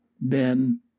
Ben